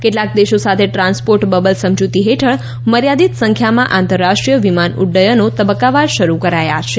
કેટલાક દેશો સાથે ટ્રાન્સપોર્ટ બબલ સમજૂતી હેઠળ મર્યાદીત સંખ્યામાં આંતરરાષ્ટ્રીય વિમાન ઉદ્દયનો તબક્કાવાર શરૂ કરાયા છે